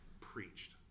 preached